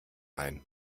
ein